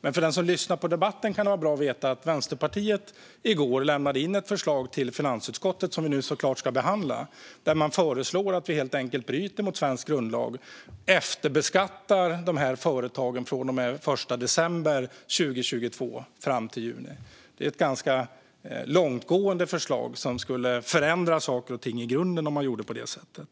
Men för den som lyssnar på debatten kan det vara bra att veta att Vänsterpartiet i går lämnade in ett förslag till finansutskottet som vi nu såklart ska behandla. Där föreslår man att vi nu helt enkelt bryter mot svensk grundlag och efterbeskattar företagen från och med den 1 december 2022 fram till juni. Det är ett ganska långtgående förslag, och det skulle förändra saker i grunden om man gjorde på det sättet.